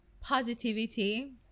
positivity